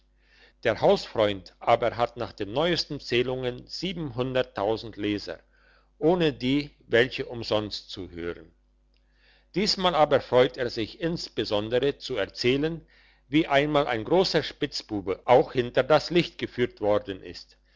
der hausfreund aber hat nach den neuesten zählungen leser ohne die welche umsonst zuhören diesmal aber freut er sich insbesondere zu erzählen wie einmal ein grosser spitzbube auch hinter das licht geführt worden ist